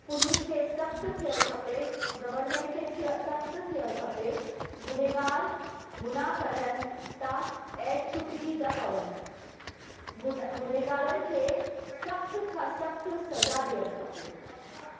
police खे सख़्तु थियणु खपे गवरमेंट खे थिय सख़्तु थियणु खपे गुनहगार गुनाह करनि था ऐं छुटिजी था पवनि गुन गुनहगारनि खे सख़्त खां सख़्तु सज़ा ॾियणु खपे